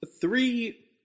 Three